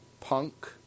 Punk